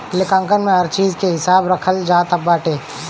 लेखांकन में हर चीज के हिसाब रखल जात बाटे